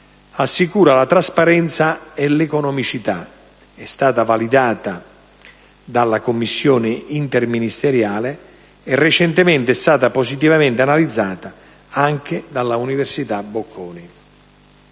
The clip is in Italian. assicura trasparenza ed economicità, è stata validata dalla commissione interministeriale e, recentemente, è stata positivamente analizzata anche dall'università «Bocconi».